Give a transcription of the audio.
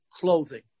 clothing